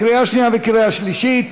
לקריאה שנייה וקריאה שלישית.